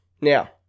Now